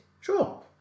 sure